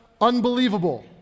unbelievable